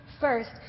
first